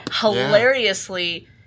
Hilariously